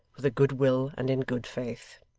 with a goodwill and in good faith.